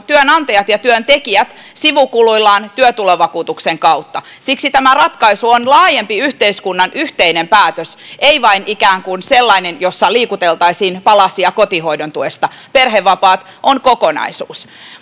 työnantajat ja työntekijät sivukuluillaan työtulovakuutuksen kautta siksi tämä ratkaisu on laajempi yhteiskunnan yhteinen päätös ei vain ikään kuin sellainen jossa liikuteltaisiin palasia kotihoidon tuesta perhevapaat on kokonaisuus